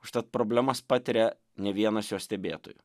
užtat problemas patiria ne vienas jo stebėtojų